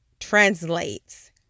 translates